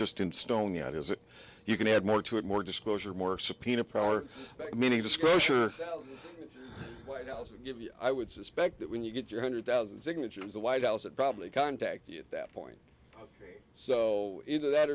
just in stone yet is it you can add more to it more disclosure more subpoena power that many disclosure white house would give you i would suspect that when you get your hundred thousand signatures the white house it probably contact you at that point so either that